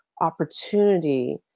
opportunity